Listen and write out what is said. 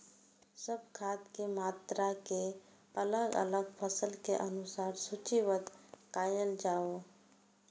सब खाद के मात्रा के अलग अलग फसल के अनुसार सूचीबद्ध कायल जाओ?